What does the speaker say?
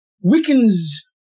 weakens